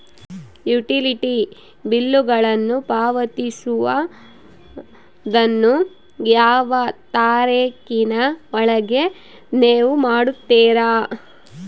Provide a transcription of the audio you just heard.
Utility ಬಿಲ್ಲುಗಳನ್ನು ಪಾವತಿಸುವದನ್ನು ಯಾವ ತಾರೇಖಿನ ಒಳಗೆ ನೇವು ಮಾಡುತ್ತೇರಾ?